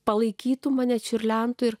palaikytų mane čiurlentų ir